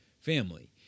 family